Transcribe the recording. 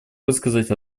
высказать